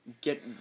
get